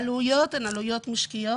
העלויות הן עלויות משקיות,